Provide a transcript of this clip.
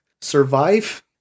survive